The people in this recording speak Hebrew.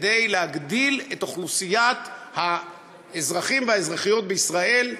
להגדיל את אוכלוסיית האזרחים והאזרחיות בישראל,